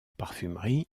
parfumerie